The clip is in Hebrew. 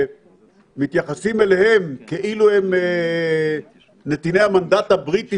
שמתייחסים אליהם כאילו הם נתיני המנדט הבריטי